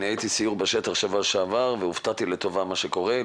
אני הייתי בסיור בשטח בשבוע שעבר והופתעתי לטובה ממה שקורה.